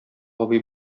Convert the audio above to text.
абый